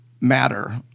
matter